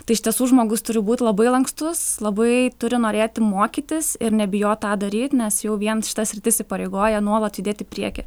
tai iš tiesų žmogus turi būt labai lankstus labai turi norėti mokytis ir nebijot tą daryt nes jau vien šita sritis įpareigoja nuolat judėt į priekį